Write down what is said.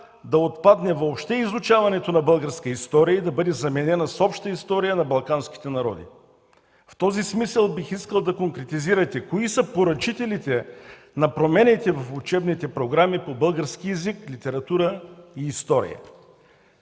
да отпадне въобще изучаването на българска история и да бъде заменена с обща история на балканските народи. В този смисъл бих искал да конкретизирате кои са поръчителите на промените в учебните програми по български език, литература и история.